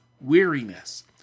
weariness